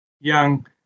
Young